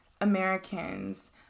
americans